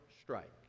strike